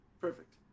Perfect